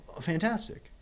fantastic